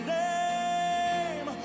name